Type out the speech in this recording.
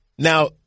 Now